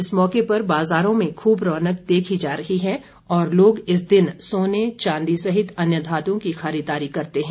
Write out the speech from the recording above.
इस मौके पर बाजारों में खूब रौनक देखी जा रही है और लोग इस दिन सोने चांदी सहित अन्य धातुओं की खरीदारी करते हैं